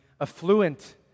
affluent